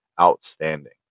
outstanding